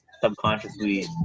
subconsciously